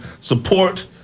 support